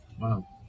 Wow